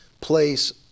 place